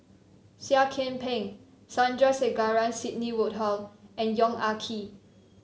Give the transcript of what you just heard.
Seah Kian Peng Sandrasegaran Sidney Woodhull and Yong Ah Kee